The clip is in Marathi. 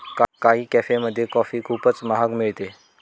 काही कॅफेमध्ये कॉफी खूपच महाग मिळते